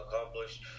accomplished